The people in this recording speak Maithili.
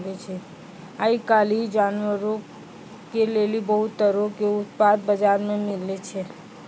आइ काल्हि जानवरो के लेली बहुते तरहो के उत्पाद बजारो मे मिलै छै